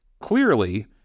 Clearly